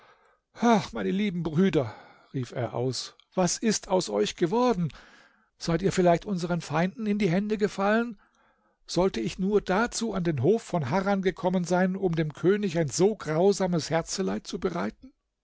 ach meine lieben brüder rief er aus was ist aus euch geworden seid ihr vielleicht unsern feinden in die hände gefallen sollte ich nur dazu an den hof von harran gekommen sein um dem könig ein so grausames herzeleid zu bereiten